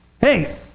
hey